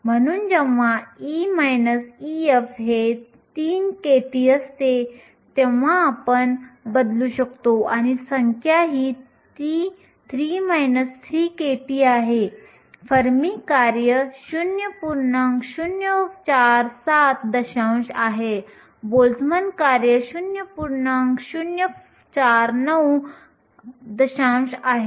आंतरिक अर्धचालक बाबतीत n p ni आहे तर आपण ही संज्ञा बाहेर घेऊ शकतो ni e μe हे μh पेक्षा जास्त आहे